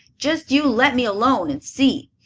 just you let me alone and see.